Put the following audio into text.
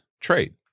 trade